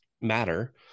matter